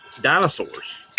dinosaurs